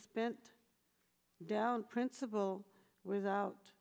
spent down principle without